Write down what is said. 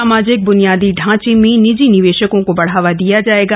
सामाजिक बुनियादी ढांचे में निजी निवेशकों को बढ़ावा दिया जाएगा